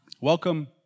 Welcome